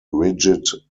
rigid